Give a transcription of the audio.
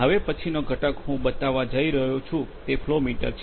તેથી હવે પછીનો ઘટક હું બતાવવા જઈ રહ્યો છું તે ફ્લો મીટર છે